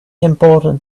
important